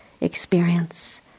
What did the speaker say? experience